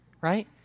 right